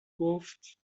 گفت